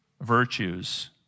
virtues